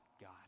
God